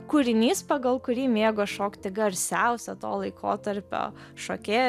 kūrinys pagal kurį mėgo šokti garsiausia to laikotarpio šokėja